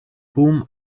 whom